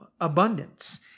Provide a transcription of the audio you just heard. abundance